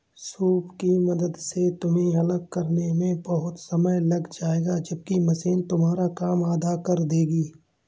soup की मदद से तुम्हें अलग करने में बहुत समय लग जाएगा जबकि मशीन तुम्हारा काम आधा कर देगी